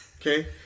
Okay